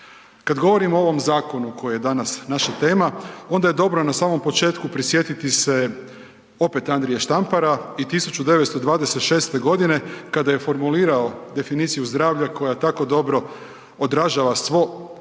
Kad govorimo o ovom zakonu koji je danas naša tema onda je dobro na samom početku prisjetiti se opet Andrije Štampara i 1926. godine kada je formulirao definiciju zdravlja koja tako dobro odražava svo,